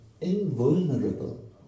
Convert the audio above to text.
invulnerable